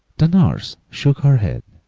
the nurse shook her head.